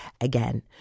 again